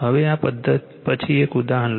હવે આ પછી એક ઉદાહરણ લઈએ